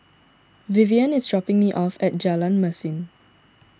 Vivien is dropping me off at Jalan Mesin